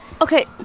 Okay